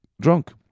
drunk